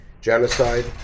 genocide